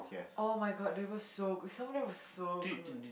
[oh]-my-god it was so good the salmon there was so good